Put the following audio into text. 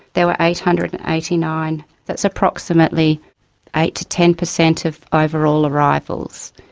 there were eight hundred and eighty nine. that's approximately eight to ten per cent of overall arrivals.